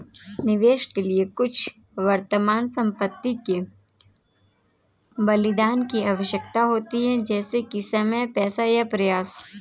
निवेश के लिए कुछ वर्तमान संपत्ति के बलिदान की आवश्यकता होती है जैसे कि समय पैसा या प्रयास